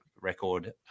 record